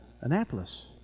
Annapolis